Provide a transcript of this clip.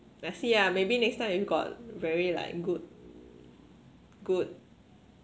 let's see ah maybe next time if got very like good good